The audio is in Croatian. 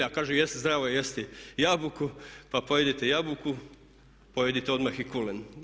A kaže jeste, zdravo je jesti jabuku, pa pojedite jabuku, pojedite odmah i kulen.